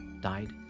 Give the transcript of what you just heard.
died